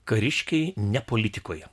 kariškiai ne politikoje